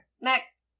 Next